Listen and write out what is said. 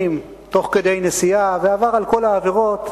תוך כדי נסיעה ועבר את כל העבירות: